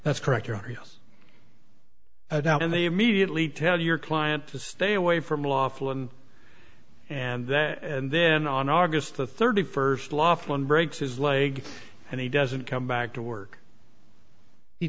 that's correct your house and they immediately tell your client to stay away from lawful and and then and then on august the thirty first laughlin breaks his leg and he doesn't come back to work he